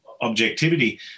objectivity